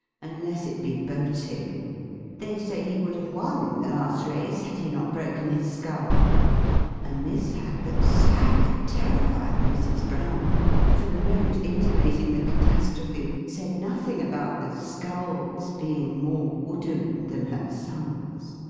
unless it be boating they say he would have won in the last race had he not broken his scull a mishap that sadly terrified mrs. brown for the note, intimating the catastrophe, said nothing about the sculls being more wooden than her son's.